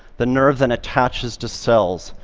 the nerve then attaches to cells,